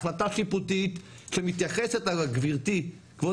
החלטה שיפוטית שמתייחסת גברתי כבוד